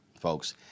folks